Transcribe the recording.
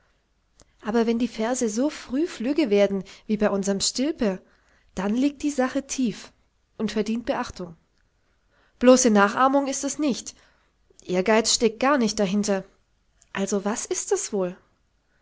aber wenn die verse so früh flügge werden wie bei unserm stilpe dann liegt die sache tief und verdient beachtung bloße nachahmung ist es nicht ehrgeiz steckt gar nicht dahinter was also ist es wohl